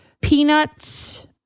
peanuts